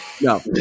No